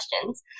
questions